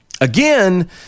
Again